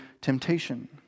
temptation